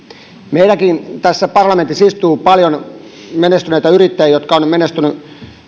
meilläkin tässä parlamentissa istuu paljon menestyneitä yrittäjiä jotka ovat menestyneet